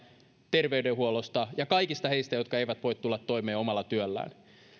terveydenhuollosta ja kaikista heistä jotka eivät voi tulla toimeen omalla työllään